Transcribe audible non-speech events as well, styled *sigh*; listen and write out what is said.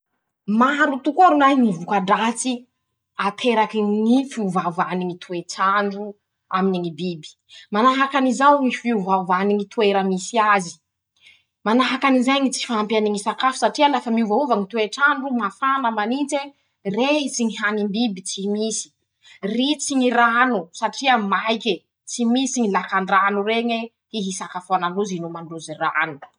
Maro tokoa rolahy ñy voka-dratsy *shushes* aterakiny ñy fiovaovany ñy toe-trandro aminy ñy biby: -Manahaky anizao ñy fiovaovany ñy toera misy azy; *shushes* manahaky anizay ñy tsy fahampiany ñy sakafo satria lafa miovaova ñy toe-trandro. mafana manintse. rehitsy ñy hanim-biby tsy misy ;ritsy ñy rano satria maike, tsy misy ñy lakan-drano reñe hisakafoanan-drozy inoman-drozy rano.